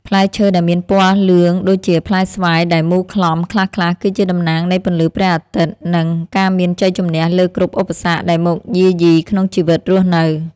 ផ្លែឈើដែលមានពណ៌លឿងដូចជាផ្លែស្វាយដែលមូលក្លំខ្លះៗគឺជាតំណាងនៃពន្លឺព្រះអាទិត្យ និង ការមានជ័យជម្នះលើគ្រប់ឧបសគ្គដែលមកយាយីក្នុងជីវិតរស់នៅ។